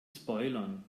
spoilern